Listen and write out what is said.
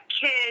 kids